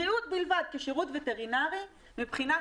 בריאות בלבד כשירות וטרינרי מבחינת